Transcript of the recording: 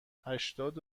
هشتاد